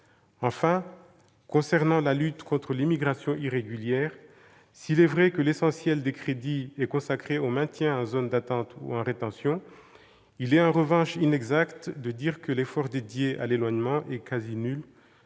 Enfin, concernant la lutte contre l'immigration irrégulière, s'il est vrai que l'essentiel des crédits est consacré au maintien en zone d'attente ou en rétention, il est en revanche inexact de dire que l'effort dédié à l'éloignement est quasi nul.